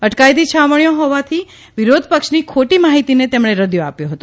અટકાયતી છાવણીઓ હોવાની વિરોધપક્ષની ખોટી માહિતીને તેમણે રદિયો આપ્યો હતો